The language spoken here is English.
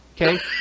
Okay